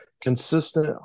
consistent